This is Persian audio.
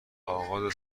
اغاز